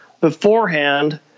beforehand